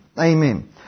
Amen